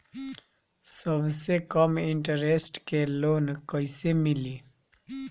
सबसे कम इन्टरेस्ट के लोन कइसे मिली?